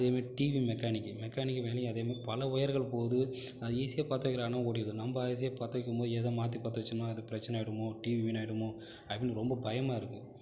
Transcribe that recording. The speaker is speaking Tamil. அதே மாதிரி டீவி மெக்கானிக் மெக்கானிக்கை வேலையா அதே மாதிரி பல ஒயர்கள் போது அது ஈஸியாக பற்ற வைக்கிறான்க ஓடிடுது நம்ம அதே பத்த வைக்கிம் போது ஏதோ மாற்றிப் பற்ற வச்சோம்னா ஏதோ பிரச்சினை ஆயிடுமோ டீவி வீணாயிடுமோ அப்படின்னு ரொம்ப பயமாக இருக்குது